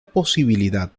posibilidad